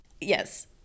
Yes